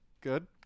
Good